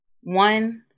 one –